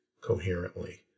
coherently